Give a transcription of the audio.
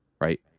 right